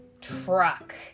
Truck